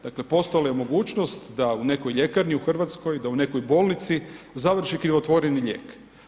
Dakle postojala je mogućnost da u nekoj ljekarni u Hrvatskoj, da u nekoj bolnici završi krivotvoreni lijek.